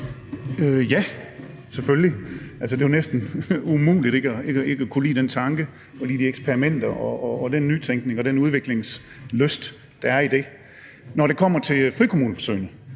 Ja, selvfølgelig. Det er jo næsten umuligt ikke at kunne lide den tanke, de eksperimenter, den nytænkning og den udviklingslyst, der er i det. Når det kommer til frikommuneforsøgene,